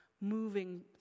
moving